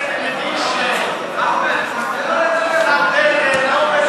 השר בגין אינו מדבר,